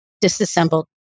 disassembled